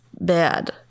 bad